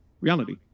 reality